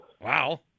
Wow